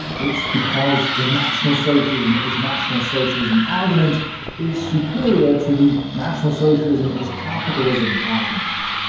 it's because the national socialism is national socialism argument is superior to the national socialism is capitalism argument.